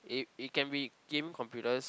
it it can be gaming computers